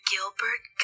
Gilbert